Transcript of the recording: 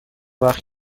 وقت